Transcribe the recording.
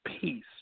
peace